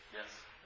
Yes